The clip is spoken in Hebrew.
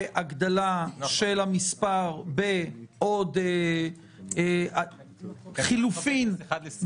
הגדלה של המספר בעוד --- אולי חבר כנסת אחד לסיעה.